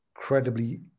incredibly